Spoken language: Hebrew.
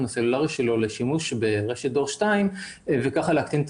הסלולרי שלו לשימוש ברשת דור 2 וככה להקטין את